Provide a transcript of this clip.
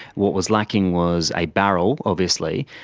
what was lacking was a barrel, obviously,